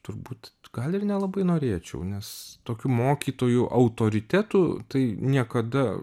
turbūt gal ir nelabai norėčiau nes tokiu mokytoju autoritetu tai niekada